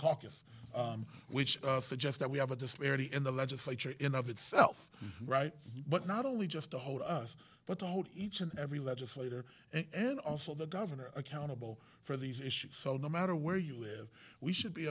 caucus which suggest that we have a disparity in the legislature in of itself right but not only just to hold us but to hold each and every legislator and also the governor accountable for these issues so no matter where you live we should be